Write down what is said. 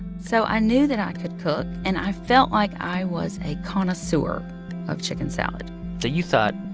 so i knew that i could cook. and i felt like i was a connoisseur of chicken salad so you thought,